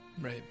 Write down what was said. Right